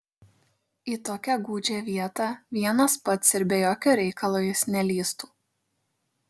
į tokią gūdžią vietą vienas pats ir be jokio reikalo jis nelįstų